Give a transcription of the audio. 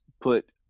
put